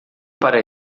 para